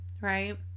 right